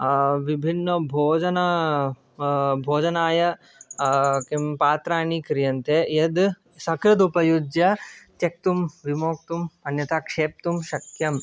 विभिन्नभोजन भोजनाय किं पात्राणि क्रियन्ते यत् सकृदुपयुज्य त्यक्तुं विमोक्तुम् अन्यथा क्षेप्तुं शक्यम्